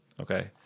okay